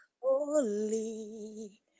Holy